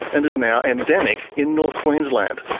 and is now endemic in north queensland.